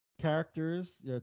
characters